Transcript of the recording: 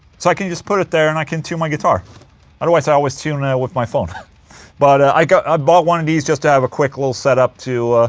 so i can just put it there and i can tune my guitar otherwise i always tune with my phone but i got. i bought one of these just to have a quick little setup to.